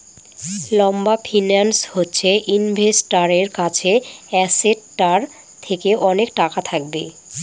লম্বা ফিন্যান্স হচ্ছে ইনভেস্টারের কাছে অ্যাসেটটার থেকে অনেক টাকা থাকবে